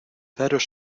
daros